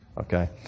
okay